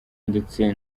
ndetse